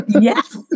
Yes